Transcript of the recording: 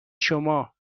شما